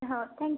हं थँक